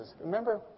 Remember